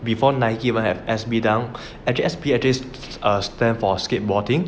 before Nike even have S_B dunk actually S_B actually err stand for skateboarding